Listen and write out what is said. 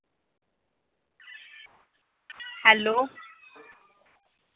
hello